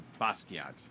Basquiat